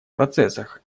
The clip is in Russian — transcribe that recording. процессах